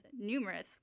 numerous